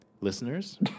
Listeners